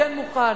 כן מוכן,